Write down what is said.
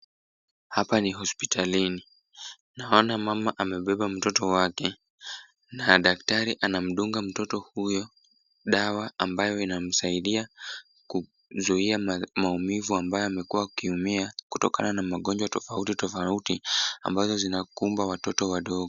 Hapa ni hospitalini. Naona mama amebeba mtoto wake. Na daktari ana mdunga mtoto huyo. Dawa ambayo ina msaidia kuzuia maumivu ambayo amekuwa akiumia kutokana na magonjwa tofauti tofauti ambazo zinakumba watoto wadogo.